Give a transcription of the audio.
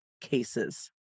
cases